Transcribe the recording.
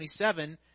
27